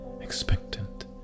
expectant